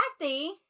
Kathy